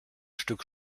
stück